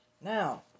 Now